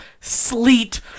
sleet